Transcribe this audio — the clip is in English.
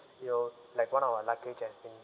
you know like one of our luggage has been